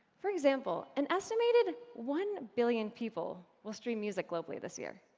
for example, an estimated one billion people will stream music globally this year.